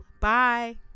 Bye